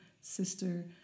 sister